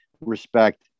respect